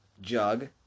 jug